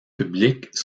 publiques